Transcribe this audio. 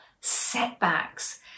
setbacks